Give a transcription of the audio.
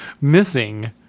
missing